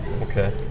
Okay